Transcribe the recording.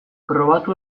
probatu